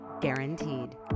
guaranteed